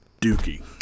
dookie